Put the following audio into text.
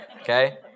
okay